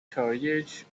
carriage